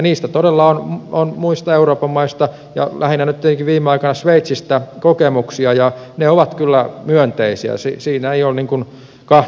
niistä todella on muista euroopan maista ja lähinnä nyt tietenkin viime aikoina sveitsistä kokemuksia ja ne ovat kyllä myönteisiä siinä ei ole kahta sanaa